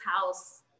house